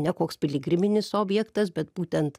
ne koks piligriminis objektas bet būtent